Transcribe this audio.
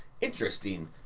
interesting